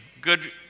good